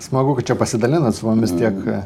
smagu kad čia pasidalinat su mumis tiek